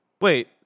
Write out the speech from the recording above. Wait